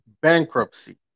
bankruptcy